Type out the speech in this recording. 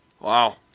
Wow